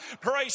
Praise